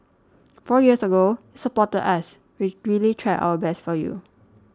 four years ago supported us we really tried our best for you